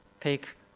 take